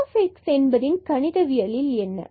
எனவே f என்பது கணிதவியலில் என்ன